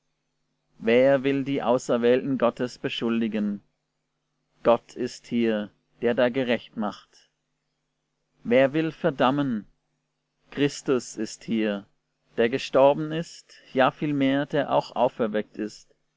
wer will die auserwählten gottes beschuldigen gott ist hier der da gerecht macht wer will verdammen christus ist hier der gestorben ist ja vielmehr der auch auferweckt ist